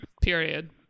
Period